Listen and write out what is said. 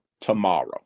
tomorrow